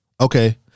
Okay